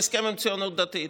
ההסכם עם הציונות הדתית.